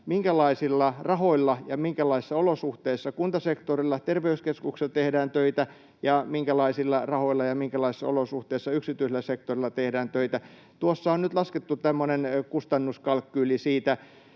minkälaisilla rahoilla ja minkälaisissa olosuhteissa kuntasektorilla terveyskeskuksissa tehdään töitä ja minkälaisilla rahoilla ja minkälaisissa olosuhteissa yksityisellä sektorilla tehdään töitä. Tuossa on nyt laskettu tämmöinen kustannuskalkyyli siitä